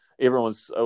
Everyone's